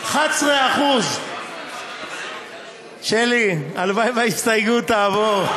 11%. שלי, הלוואי שההסתייגות תעבור.